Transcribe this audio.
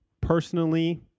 personally